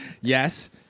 Yes